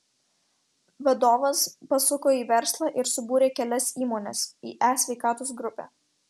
vadovas pasuko į verslą ir subūrė kelias įmones į e sveikatos grupę